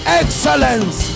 excellence